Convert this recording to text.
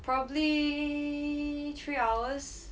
probably three hours